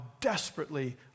desperately